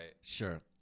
Sure